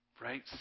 right